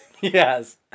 Yes